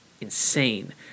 insane